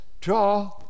draw